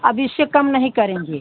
अब इससे कम नहीं करेंगे